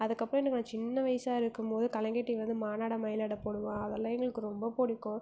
அதுக்கப்புறம் எனக்கு நான் சின்ன வயதா இருக்கும்போது கலைஞர் டிவிலேருந்து மானாட மயிலாட போடுவான் அதெல்லாம் எங்களுக்கு ரொம்ப பிடிக்கும்